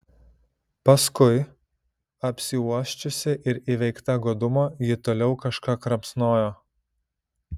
paskui apsiuosčiusi ir įveikta godumo ji toliau kažką kramsnojo